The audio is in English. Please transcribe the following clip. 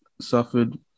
suffered